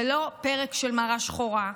זה לא פרק של "מראה שחורה",